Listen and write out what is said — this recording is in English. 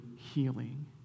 healing